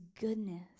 goodness